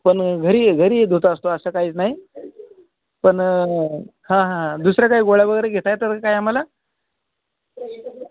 पण घरी घरी धूत असतो असं काहीच नाही पण हां हां दुसऱ्या काय गोळ्या वगैरे घेता येतं की काय आम्हाला